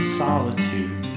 solitude